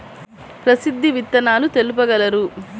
ప్రసిద్ధ విత్తనాలు తెలుపగలరు?